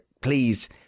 please